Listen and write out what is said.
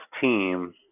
team